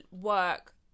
work